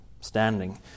standing